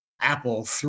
Apple